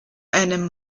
einem